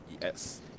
Yes